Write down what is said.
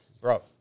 Bro